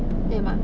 对吗